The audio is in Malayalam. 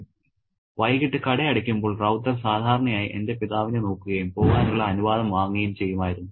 'വൈകിട്ട് കട അടയ്ക്കുമ്പോൾ റൌത്തർ സാധാരണയായി എന്റെ പിതാവിനെ നോക്കുകയും പോകാനുള്ള അനുവാദം വാങ്ങുകയും ചെയ്യുമായിരുന്നു